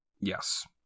Yes